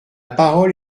parole